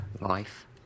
life